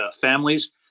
families